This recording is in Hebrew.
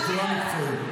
בצורה מקצועית.